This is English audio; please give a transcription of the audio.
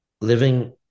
living